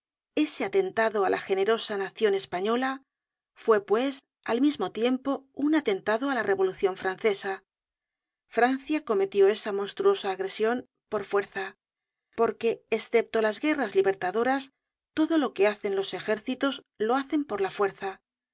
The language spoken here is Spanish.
ese atentado á la generosa nacion española fue pues al mismo tiempo un atentado á la revolucion francesa francia cometió esa monstruosa agresion por fuerza porque escepto las guerras libertadoras todo lo que hacen los ejércitos lo hacen por la fuerza